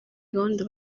gahunda